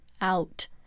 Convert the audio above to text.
out